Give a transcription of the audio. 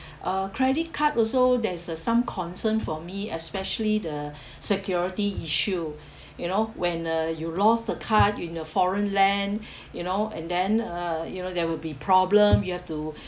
uh credit card also there's a some concern for me especially the security issue you know when uh you lost the card in a foreign land you know and then uh you know there will be problem you have to